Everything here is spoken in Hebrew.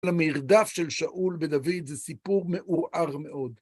על המרדף של שאול ודוד זה סיפור מעורער מאוד.